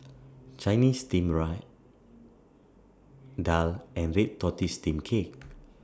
Chinese Steamed Daal and Red Tortoise Steamed Cake